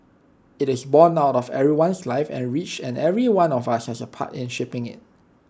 IT is borne out of everyone's life and rich and every one of us has A part in shaping IT